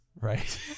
Right